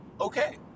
okay